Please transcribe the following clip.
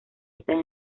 están